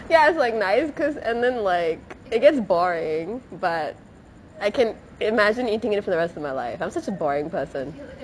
ya it's like nice because and then like it gets boring but I can imagine eating it for the rest of my life I'm such a boring person